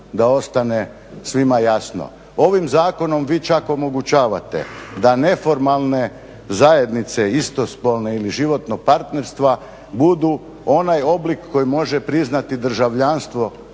da ostane svima jasno, ovim zakonom vi čak omogućavate da neformalne zajednice, istospolne ili životnog partnerstva budu onaj oblik koji može priznati državljanstvo